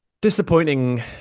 disappointing